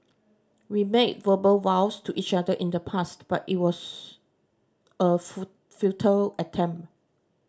we made verbal vows to each other in the past but it was a futile attempt